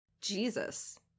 Jesus